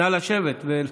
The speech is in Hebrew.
נא לשבת.